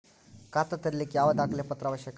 ಖಾತಾ ತೆರಿಲಿಕ್ಕೆ ಯಾವ ದಾಖಲೆ ಪತ್ರ ಅವಶ್ಯಕ?